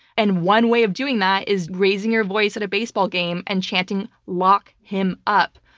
and one way of doing that is raising your voice at a baseball game and chanting, lock him up.